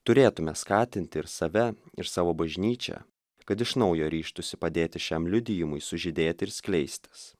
turėtume skatinti ir save ir savo bažnyčią kad iš naujo ryžtųsi padėti šiam liudijimui sužydėti ir skleistis